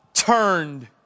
turned